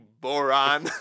boron